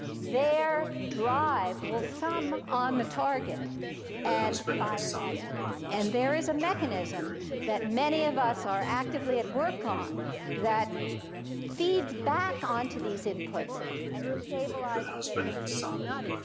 their drive will sum on the target and fire that neuron. and there is a mechanism that many of us are actively at work on that feeds back onto these inputs and stabilizes them into maturity.